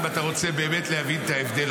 אם אתה רוצה באמת להבין את ההבדל,